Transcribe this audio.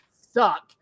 suck